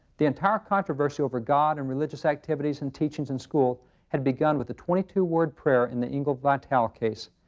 the entire controversy over god and religious activities and teachings in school had begun with the twenty two word prayer in the engel v. vitale case.